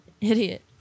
Idiot